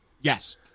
Yes